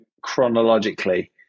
chronologically